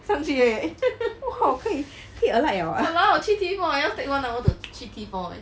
上去而已 !wah! 可以去 alight liao